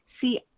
see